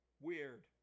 weird